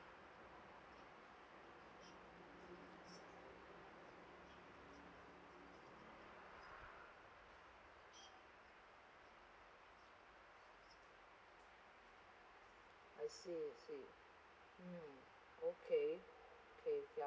I see I see mm okay okay ya